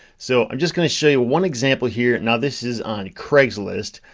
so i'm just gonna show you one example here. now this is on craigslist.